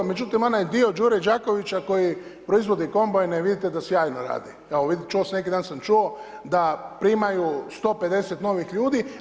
Međutim onaj dio Đure Đakovića koji proizvodi kombajne vidite da sjajno radi, kao neki dan sam čuo da primaju 150 novih ljudi.